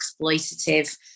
exploitative